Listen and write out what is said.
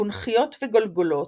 קונכיות וגולגולות,